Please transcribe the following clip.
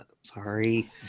Sorry